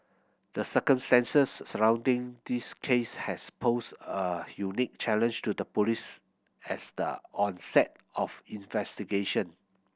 the circumstances surrounding this case had posed a unique challenge to the police as the onset of investigation